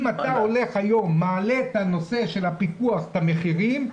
אם אתה מעלה את הנושא של הפיקוח בנושא המחירים,